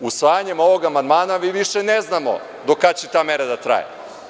Usvajanjem ovog amandmana mi više ne znamo do kada će ta mera da traje.